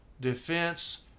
defense